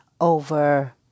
over